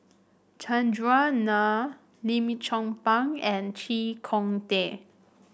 Chandran Nair Lim Chong Pang and Chee Kong Tet